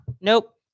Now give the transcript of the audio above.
nope